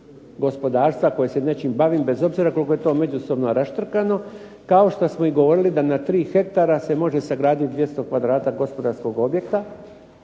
gospodarstva koje se nečim bavim bez obzira koliko je to međusobno raštrkano, kao što smo i govorili da se na tri hektara se može sagraditi 200 kvadrata gospodarskog objekta